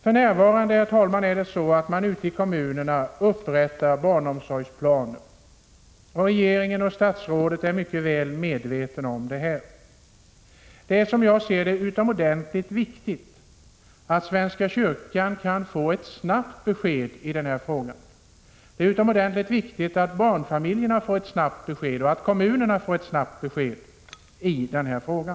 För närvarande, herr talman, upprättar man ute i kommunerna barnomsorgsplaner, och regeringen och statsrådet är mycket väl medvetna om detta. Det är, som jag ser det, utomordentligt viktigt att svenska kyrkan får ett snabbt besked i denna fråga. Det är utomordentligt viktigt att barnfamiljerna och kommunerna snabbt får ett besked i denna fråga.